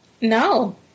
No